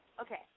Okay